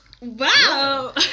Wow